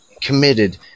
committed